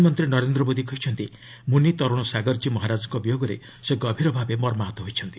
ପ୍ରଧାନମନ୍ତ୍ରୀ ନରେନ୍ଦ୍ର ମୋଦି କହିଛନ୍ତି ମୁନି ତରୁଣସାଗରଜୀ ମହାରାଜଙ୍କ ବିୟୋଗରେ ସେ ଗଭୀର ଭାବେ ମର୍ମାହତ ହୋଇଛନ୍ତି